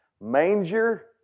manger